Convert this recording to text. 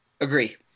Agree